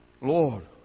Lord